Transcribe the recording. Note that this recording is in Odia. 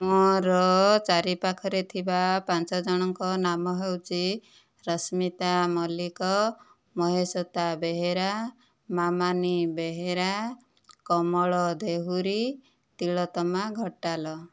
ମୋର ଚାରି ପାଖରେ ଥିବା ପାଞ୍ଚ ଜଣଙ୍କ ନାମ ହେଉଛି ରଶ୍ମିତା ମଲ୍ଲିକ ମହେଶ୍ୱତା ବେହେରା ମାମାନୀ ବେହେରା କମଳ ଦେହୁରୀ ତିଲୋତ୍ତମା ଘଟାଲ